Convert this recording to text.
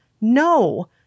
No